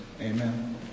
Amen